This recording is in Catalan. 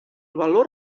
valor